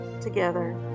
together